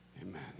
Amen